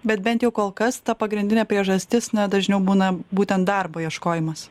bet bent jau kol kas ta pagrindinė priežastis na dažniau būna būtent darbo ieškojimas